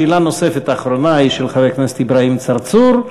שאלה נוספת אחרונה היא של חבר הכנסת אברהים צרצור,